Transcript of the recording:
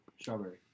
Strawberry